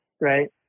right